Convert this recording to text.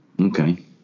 Okay